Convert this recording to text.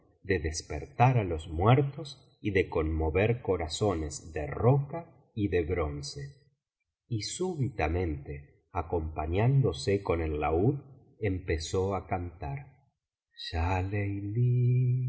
de despertar á los muertos y de conmover corazones de roca y de bronce y súbitamente acompañándose con el laúd empezó á cantar ya